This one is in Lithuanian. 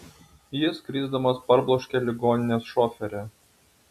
jis krisdamas parbloškė ligoninės šoferę